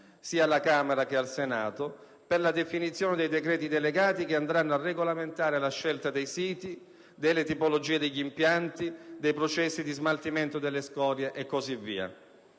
sia alla Camera che al Senato, per la definizione dei decreti delegati che andranno a regolamentare la scelta dei siti, delle tipologie di impianti, dei processi di smaltimento delle scorie e così via.